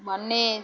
भन्ने